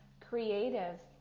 creative